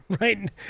right